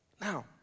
Now